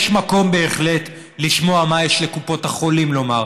יש מקום בהחלט לשמוע מה יש לקופות החולים לומר,